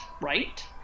right